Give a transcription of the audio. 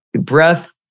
breath